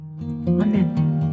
Amen